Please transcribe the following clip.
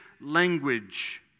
language